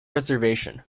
reservation